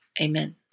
Amen